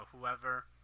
whoever